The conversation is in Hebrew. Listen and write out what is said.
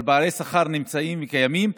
אבל פערי שכר נמצאים וקיימים.